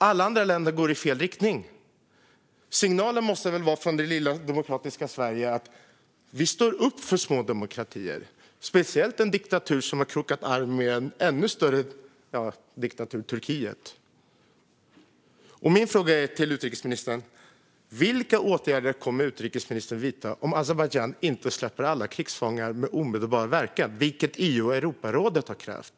Alla andra länder går i fel riktning. Signalen från det lilla demokratiska Sverige måste väl ändå vara att vi står upp för små demokratier, speciellt när det handlar om en diktatur som har krokat arm med en ännu större diktatur - Turkiet. Min fråga till utrikesministern är: Vilka åtgärder kommer utrikesministern att vidta om Azerbajdzjan inte släpper alla krigsfångar med omedelbar verkan, vilket EU och Europarådet har krävt?